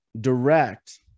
direct